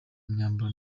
myambaro